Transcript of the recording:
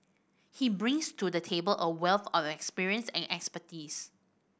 he brings to the table a wealth of experience and expertise